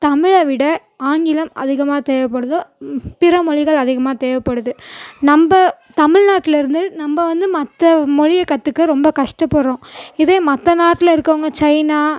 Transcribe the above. தமிழில் விட ஆங்கிலம் அதிகமாக தேவைப்படுது பிற மொழிகள் அதிகமாக தேவைப்படுது நம்ம தமிழ்நாட்டில் இருந்து நம்ம வந்து மற்ற மொழியை கற்றுக்க ரொம்ப கஷ்ட படுகிறோம் இதே மற்ற நாட்டில் இருக்கறவங்க சைனா